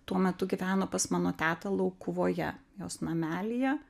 tuo metu gyveno pas mano tetą laukuvoje jos namelyje